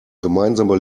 gemeinsame